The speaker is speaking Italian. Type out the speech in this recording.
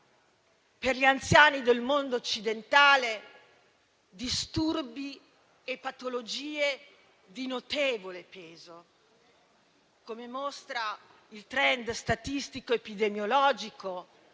per gli anziani del mondo occidentale disturbi e patologie di notevole peso, come mostrano il *trend* statistico epidemiologico